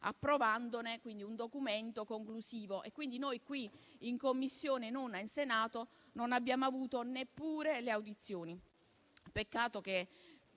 approvando un documento conclusivo. Quindi noi, in 9a Commissione qui in Senato, non abbiamo avuto neppure le audizioni. Peccato che